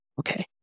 okay